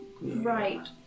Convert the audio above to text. Right